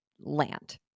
land